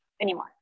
anymore